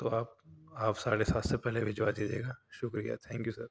تو آپ آپ ساڑھے سات سے پہلے بھجوا دیجیے گا شُکریہ تھینک یو سر